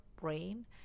brain